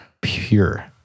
pure